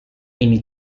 ini